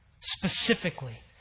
specifically